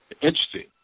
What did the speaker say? Interesting